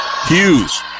Hughes